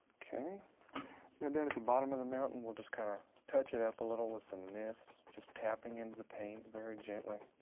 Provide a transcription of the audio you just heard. okay. now and down at the bottom of the mountain, we'll just kinda touch it up a little with some mist. just tapping into the paint very gently.